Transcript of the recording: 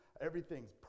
Everything's